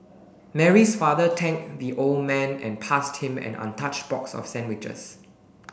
Mary's father thanked the old man and passed him an untouched box of sandwiches